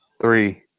Three